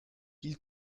ils